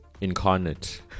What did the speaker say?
incarnate